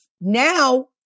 Now